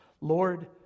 Lord